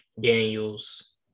daniels